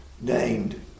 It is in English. named